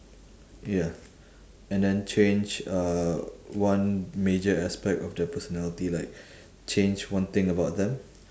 ya and then change uh one major aspect of their personality like change one thing about them